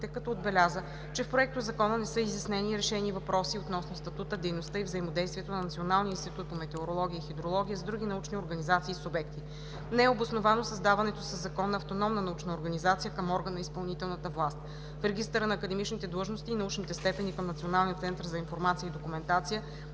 като отбеляза, че в Проектозакона не са изяснени и решени въпроси относно статута, дейността и взаимодействието на Националния институт по метеорология и хидрология с други научни организации и субекти. Не е обосновано създаването със закон на автономна научна организация към орган на изпълнителната власт. В регистъра на академичните длъжности и научните степени към Националния център за информация и документация